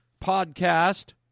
podcast